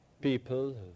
people